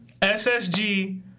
SSG